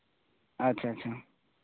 ᱟᱪᱪᱷᱟ ᱟᱪᱪᱷᱟ